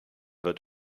wird